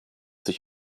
sich